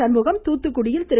சண்முகம் தூத்துக்குடியில் திரு